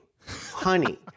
honey